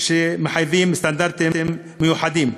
שמחייבים סטנדרטים מיוחדים.